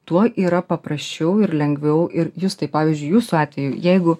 tuo yra paprasčiau ir lengviau ir justai pavyzdžiui jūsų atveju jeigu